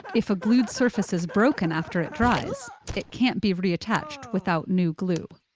if a glued surface is broken after it dries, it can't be reattached without new glue.